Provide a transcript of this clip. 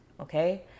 okay